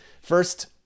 First